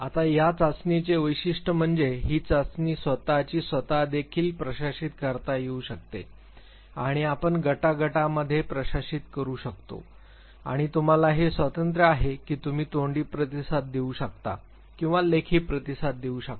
आता या चाचणीचे वैशिष्ट्य म्हणजे ही चाचणी स्वत ची स्वतःच देखील प्रशासित करू शकता किंवा आपण गटा गटामध्ये प्रशासित करू शकता आणि तुम्हाला हे स्वातंत्र्य आहे की तुम्ही तोंडी प्रतिसाद देऊ शकता किंवा लेखी प्रतिसाद देऊ शकता